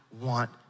want